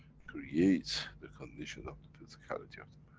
creates the condition of the physicality of the